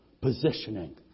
positioning